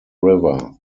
river